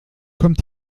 kommt